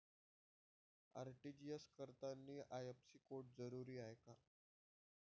RTGS करतांनी IFSC code जरुरीचा हाय का?